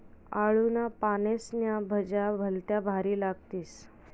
आळूना पानेस्न्या भज्या भलत्या भारी लागतीस